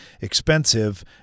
expensive